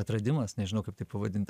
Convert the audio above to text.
atradimas nežinau kaip tai pavadint